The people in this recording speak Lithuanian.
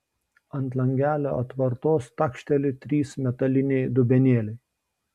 ant langelio atvartos takšteli trys metaliniai dubenėliai